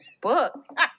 Book